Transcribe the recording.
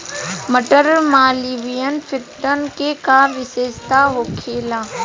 मटर मालवीय फिफ्टीन के का विशेषता होखेला?